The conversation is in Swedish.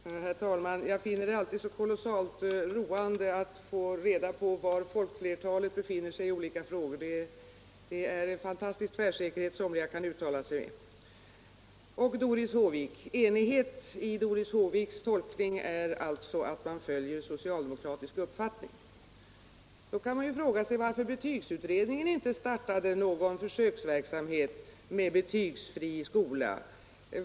Herr talman! Jag finner det alltid kolossalt roande att få reda på var folkflertalet befinner sig i olika frågor — somliga kan uttala sig med fantastisk tvärsäkerhet om det. Enighet enligt Doris Håviks tolkning är alltså att man följer socialdemokratisk uppfattning! Då kan man fråga sig varför betygsutredningen inte startade någon försöksverksamhet med betygsfri skola.